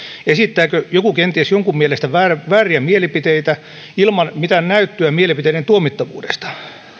esittääkö joku kenties jonkun mielestä vääriä vääriä mielipiteitä ilman mitään näyttöä mielipiteiden tuomittavuudesta